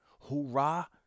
hoorah